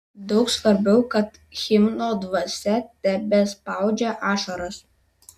daug svarbiau kad himno dvasia tebespaudžia ašaras